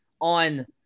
on